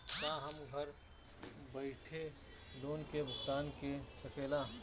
का हम घर बईठे लोन के भुगतान के शकेला?